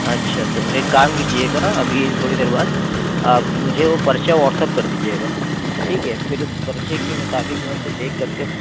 اچھا تو ایک کام کیجیے گا ابھی تھوڑی دیر بعد آپ مجھے وہ پرچہ واٹس ایپ کر دیجیے گا ٹھیک ہے پھر اُس پرچے کے مطابق میں اُسے دیکھ کر کے